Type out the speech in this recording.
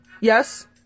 Yes